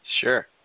sure